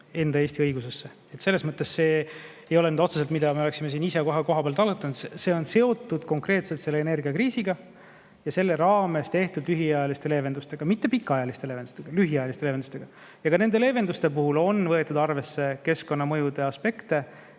üle Eesti õigusesse. Selles mõttes see ei ole otseselt asi, mille me oleksime siin ise kohapeal [välja mõelnud]. See on seotud konkreetselt energiakriisiga ja selle raames tehtavate lühiajaliste leevendustega – mitte pikaajaliste leevendustega, vaid lühiajaliste leevendustega. Ja ka nende leevenduste puhul on võetud arvesse keskkonnamõju aspekte